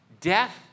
death